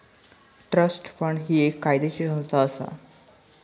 trust fund ही एक कायदेशीर संस्था असा